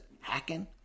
Hacking